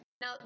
Now